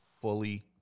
fully